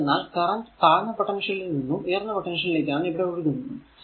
എന്തെന്നാൽ കറന്റ് താഴ്ന്ന പൊട്ടൻഷ്യലിൽ നിന്നും ഉയർന്ന പൊട്ടൻഷ്യലിലേക്കാണ് ഇവിടെ ഒഴുകുന്നത്